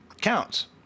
counts